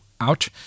out